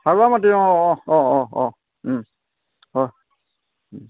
হ'ব মই দিম অঁ অঁ অঁ অঁ অঁ